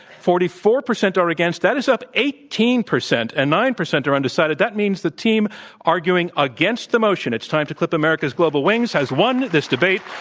forty four percent are against. that is up eighteen percent. and nine percent are undecided. that means the team arguing arguing against the motion, it's time to clip america's global wings has won this debate.